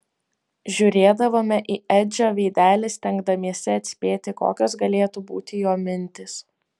žiūrėdavome į edžio veidelį stengdamiesi atspėti kokios galėtų būti jo mintys